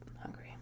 hungry